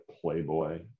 Playboy